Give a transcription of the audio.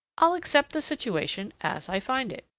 i'll accept the situation as i find it.